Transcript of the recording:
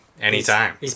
Anytime